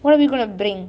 what are we going to bring